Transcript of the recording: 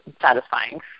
satisfying